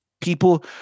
People